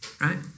right